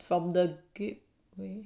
from the gateway